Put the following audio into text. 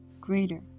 greater